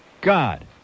God